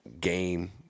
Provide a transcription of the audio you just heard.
game